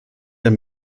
dann